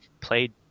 played